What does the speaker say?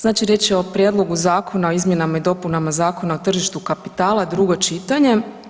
Znači riječ je o Prijedlogu Zakona o izmjenama i dopunama Zakona o tržištu kapitala, drugo čitanje.